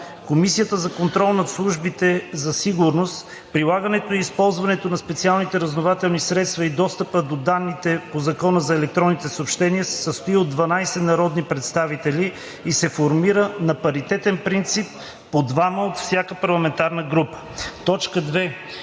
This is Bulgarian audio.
РЕШИ: 1. Комисията за контрол над службите за сигурност, прилагането и използването на специалните разузнавателни средства и достъпа до данните по Закона за електронните съобщения се състои от 12 народни представители и се формира на паритетен принцип – по двама от всяка парламентарна група.